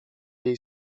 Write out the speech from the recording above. jej